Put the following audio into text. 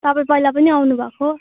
तपाईँ पहिला पनि आउनुभएको